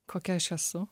kokia aš esu